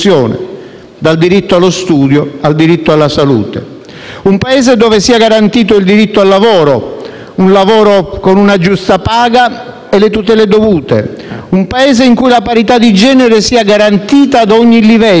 dal diritto allo studio al diritto alla salute; un Paese dove sia garantito il diritto al lavoro, un lavoro con una giusta paga e le tutele dovute; un Paese in cui la parità di genere sia garantita a ogni livello,